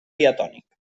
diatònic